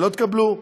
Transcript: ולא תקבלו.